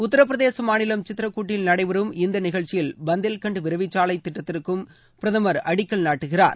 உத்திரப்பிரதேச மாநிலத்தில் சித்திரகூட்டில் நடைபெறும் இந்த நிகழ்ச்சியில் பந்தேல்கண்ட் விரைவுச்சாலை திட்டத்திற்கும் பிரதமர் அடிக்கல் நாட்டுகிறார்